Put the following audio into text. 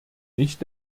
nicht